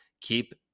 Keep